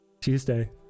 Tuesday